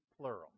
plural